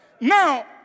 Now